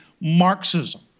Marxism